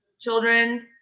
children